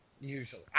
usually